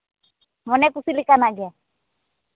ᱢᱚᱱᱮ ᱠᱩᱥᱤ ᱞᱮᱠᱟᱱᱟᱜ ᱜᱮ